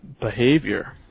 behavior